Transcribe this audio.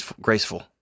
graceful